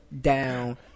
down